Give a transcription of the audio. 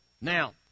Now